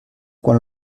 quan